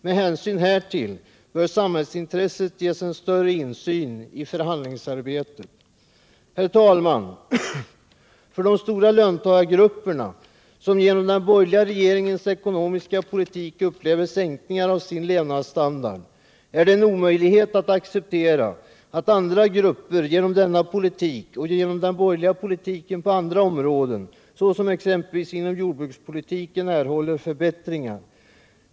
Med hänsyn härtill bör samhällsintresset ges en större insyn i förhandlingsarbetet. Herr talman! För de stora löntagargrupperna, som genom den borgerliga regeringens politik upplever sänkningar av sin levnadsstandard, är det en omöjlighet att acceptera att andra grupper genom denna politik och genom den borgerliga politiken på andra områden liksom inom jordbrukspolitiken erhåller förbättringar.